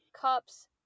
cups